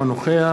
אינו נוכח